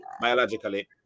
biologically